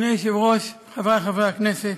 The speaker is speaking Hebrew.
אדוני היושב-ראש, חברי חברי הכנסת,